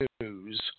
News